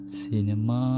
cinema